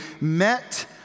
met